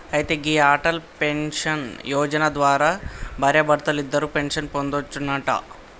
అయితే గీ అటల్ పెన్షన్ యోజన ద్వారా భార్యాభర్తలిద్దరూ పెన్షన్ పొందొచ్చునంట